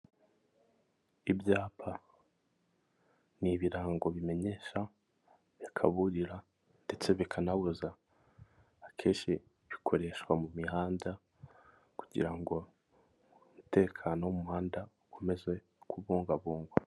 Ibyapa, ni ibirango bimenyesha bikaburira, ndetse bikanabuza, akenshi bikoreshwa mu mihanda kugira ngo umutekano w'umuhanda ukomeze kubungabungwa.